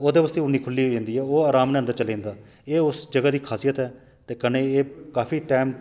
ओह्दे आस्तै ओह् उन्नी गै खुल्ली होई जंदी ऐ ओह् अराम नाल अंदर चली जंदा एह् उस जगह दी ख़ासियत ऐ ते कन्नै गै एह् काफी टाइम